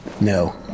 No